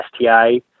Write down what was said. sti